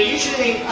Usually